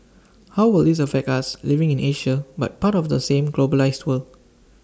how will this affect us living in Asia but part of the same globalised world